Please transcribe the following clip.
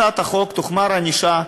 לפי הצעת החוק, תוחמר הענישה,